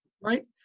Right